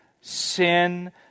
sin